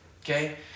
okay